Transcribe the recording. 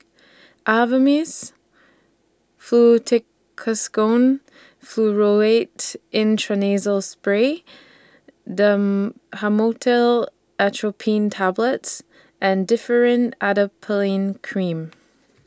Avamys Fluticasone Furoate Intranasal Spray Atropine Tablets and Differin Adapalene Cream